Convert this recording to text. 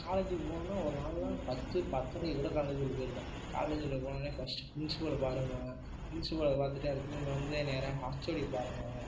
காலேஜுக்கு போணுன்னால் ஒரு நாளெலாம் பத்து பத்தரைக்கு கூட காலேஜ் உள்ளே போயிருக்கேன் காலேஜில் போனோடன்னே ஃபஸ்ட்டு ப்ரின்ஸ்பலை பாருங்குவாங்க ப்ரின்ஸ்பலை பார்த்துட்டு அடுத்தது இங்கே வந்து நேராக ஹச்ஓடி பாருங்குவாங்க